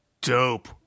dope